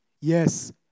Yes